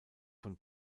von